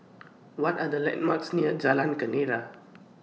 What Are The landmarks near Jalan Kenarah